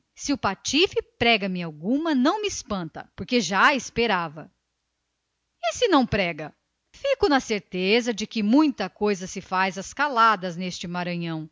se o traste prega me alguma não me espanta porque já a esperava e se não prega fico na certeza de que muita coisa se faz às caladas neste maranhão